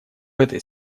этой